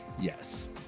Yes